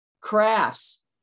crafts